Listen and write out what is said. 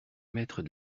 maître